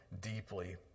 deeply